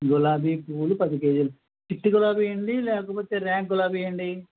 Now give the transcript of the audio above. గులాబీ పూలు పదికేజీలు చిట్టి గులాబీ ఆ అండీ లేకపోతే రేఖ గులాబీ ఆ అండీ